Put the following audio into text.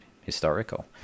historical